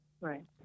Right